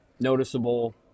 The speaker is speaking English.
Noticeable